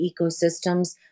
ecosystems